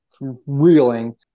reeling